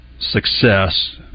success